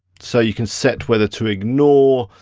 so you can set whether to ignore